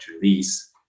release